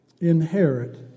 inherit